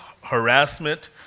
harassment